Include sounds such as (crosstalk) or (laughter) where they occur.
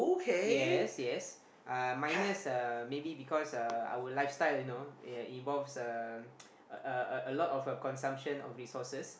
yes yes uh minus uh maybe because uh our lifestyle you know ya involves um (noise) a a a lot of consumption of resources